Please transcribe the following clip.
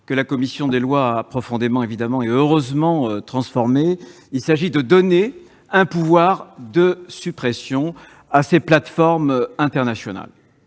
que la commission des lois a profondément et heureusement modifié : il s'agit de donner un pouvoir de suppression de contenus à ces plateformes internationales.